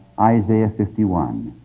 isaiah fifty one.